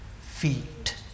feet